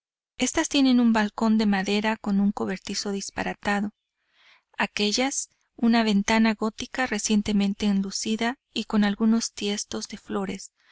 éstas tienen un balcón de madera con un cobertizo disparatado aquéllas una ventana gótica recientemente enlucida y con algunos tiestos de flores